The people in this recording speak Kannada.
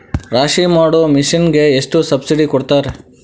ರಾಶಿ ಮಾಡು ಮಿಷನ್ ಗೆ ಎಷ್ಟು ಸಬ್ಸಿಡಿ ಕೊಡ್ತಾರೆ?